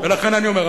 ולכן אני אומר,